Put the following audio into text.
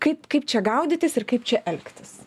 kaip kaip čia gaudytis ir kaip čia elgtis